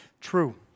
true